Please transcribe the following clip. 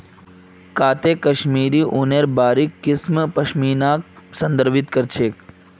काते कश्मीरी ऊनेर बारीक किस्म पश्मीनाक संदर्भित कर छेक